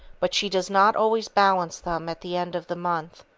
but she does not always balance them at the end of the month.